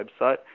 website